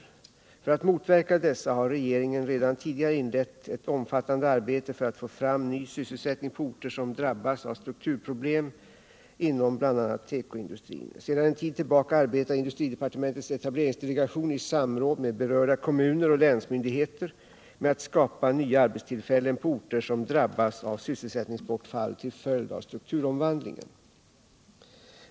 För att motverka dessa har regeringen redan tidigare inlett ett omfattande arbete för att få fram ny sysselsättning på orter som drab5as av strukturproblem inom bl.a. tekoindustrin. Sedan en tid tillbaka arbetar industridepartementets etableringsdelegation i samråd med berörda kommuner och länsmyndigheter med att skapa nya arbetstillfällen på orter som drabbas av sysselsättningsbortfall till följd av strukturomvandlingen.